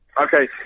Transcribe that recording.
Okay